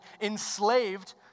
enslaved